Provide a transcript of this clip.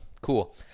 Cool